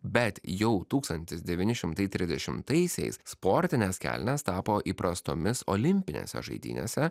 bet jau tūkstantis devyni šimtai trisdešimtaisiais sportinės kelnės tapo įprastomis olimpinėse žaidynėse